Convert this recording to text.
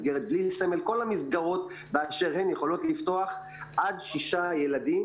מסגרת בלי סמל כל המסגרות באשר הן יכולות לפתוח עד שישה ילדים,